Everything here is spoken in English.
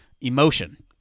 emotion